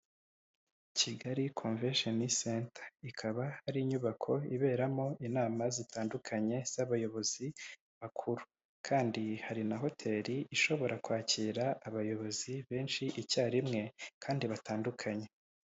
Kigali komvesheni senta ikaba ari inyubako iberamo inama zitandukanye z'abayobozi bakuru kandi hari na hoteli ishobora kwakira abayobozi benshi icyarimwe kandi batandukanye.